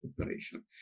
operation